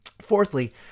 Fourthly